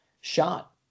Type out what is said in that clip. shot